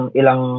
ilang